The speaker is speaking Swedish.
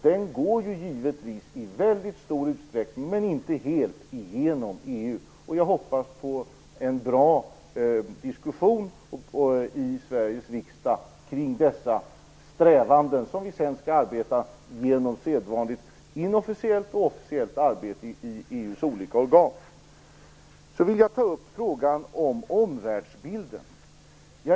Den går givetvis i väldigt stor utsträckning, men inte helt, genom EU. Jag hoppas på en bra diskussion i Sveriges riksdag kring dessa strävanden, som vi sedan skall arbeta med genom sedvanligt inofficiellt och officiellt arbete i EU:s olika organ. Jag vill ta upp frågan om omvärldsbilden.